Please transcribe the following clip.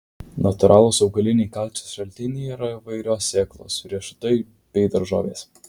natūralūs augaliniai kalcio šaltiniai yra įvairios sėklos riešutai bei daržovės